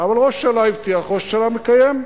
אבל ראש הממשלה הבטיח, ראש הממשלה מקיים.